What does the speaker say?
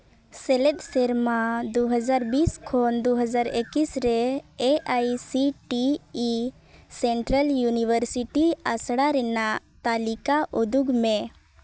ᱥᱮᱞᱮᱫ ᱥᱮᱨᱢᱟ ᱫᱩ ᱦᱟᱡᱟᱨ ᱵᱤᱥ ᱠᱷᱚᱱ ᱫᱩ ᱦᱟᱡᱟᱨ ᱮᱠᱩᱥ ᱨᱮ A I C T E central university ᱟᱥᱲᱟ ᱨᱮᱱᱟᱜ ᱛᱟᱹᱞᱤᱠᱟ ᱩᱫᱩᱜᱽ ᱢᱮ